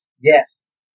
Yes